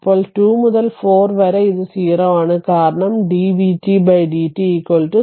ഇപ്പോൾ 2 മുതൽ 4 വരെ ഇത് 0 ആണ് കാരണം dvtdt 0 ഈ dvtdt 0